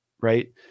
right